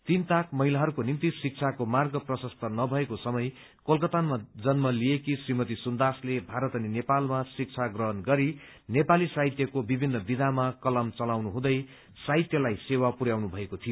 तीनताक महिलाहरूको निम्ति शिक्षाको मार्ग प्रसस्त नभएको समय कलकतामा जन्म लिएकी श्रीमती सुन्दासले भारत नेपालमा शिक्षा ग्रहण गरी नेपाली साहित्यको विभिन्न विधामा कलम चलाउनु हुँदै साहित्यलाई सेवा पुरयाउनु भएको थियो